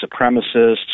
supremacists